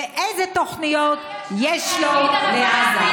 ואילו תוכניות יש לו לעזה.